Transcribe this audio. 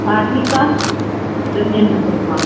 हा ठीकु आहे ॿिनि ॾींहंनि में